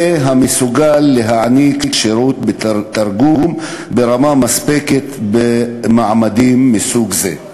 שמסוגל לתת שירות תרגום ברמה מספקת במעמדים מסוג זה.